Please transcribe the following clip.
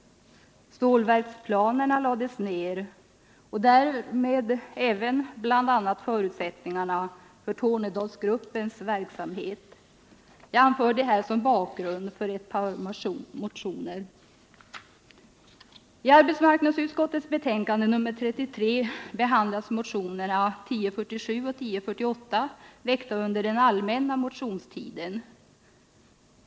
Stålverksplanerna lades ned och därmed bl.a. förutsättningarna för Tornedalsgruppens verksamhet. Jag anför detta som bakgrund till ett par motioner. I arbetsmarknadsutskottets betänkande 33 behandlas motionerna 1047 och 1048, väckta under den allmänna motionstiden.